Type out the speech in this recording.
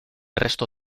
resto